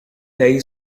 pegue